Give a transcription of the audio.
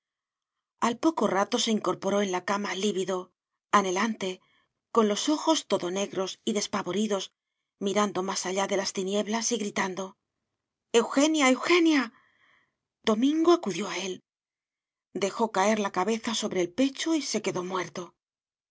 al poco rato se incorporó en la cama lívido anhelante con los ojos todo negros y despavoridos mirando más allá de las tinieblas y gritando eugenia eugenia domingo acudió a él dejó caer la cabeza sobre el pecho y se quedó muerto